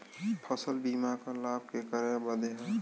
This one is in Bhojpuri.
फसल बीमा क लाभ केकरे बदे ह?